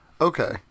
Okay